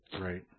Right